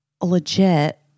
legit –